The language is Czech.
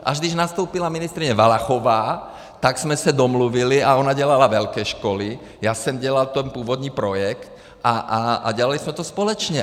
Až když nastoupila ministryně Valachová, tak jsme se domluvili a ona dělala velké školy, já jsem dělal ten původní projekt a dělali jsme to společně.